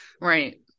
Right